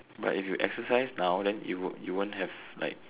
but if you exercise now then you would it won't have like